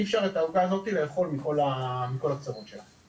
אי אפשר את 'העוגה הזאתי לאכול מכל הקצוות שלה'.